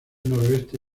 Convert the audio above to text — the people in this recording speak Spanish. noroeste